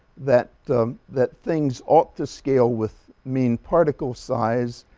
that that things ought to scale with main particle size.